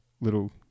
little